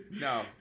No